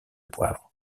poivre